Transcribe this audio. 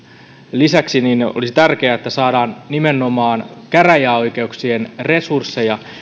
lisäksi olisi tärkeää että saadaan nimenomaan käräjäoikeuksien resursseja